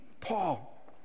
Paul